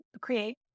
create